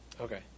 Okay